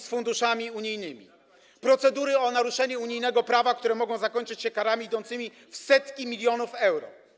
z funduszami unijnymi, procedury o naruszenie unijnego prawa, które mogą zakończyć się karami idącymi w setki milionów euro.